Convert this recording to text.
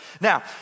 now